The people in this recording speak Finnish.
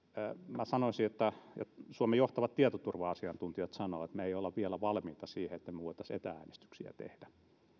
minä sanoisin ja suomen johtavat tietoturva asiantuntijat sanovat että me emme ole vielä valmiita siihen että voitaisiin etä äänestyksiä tehdä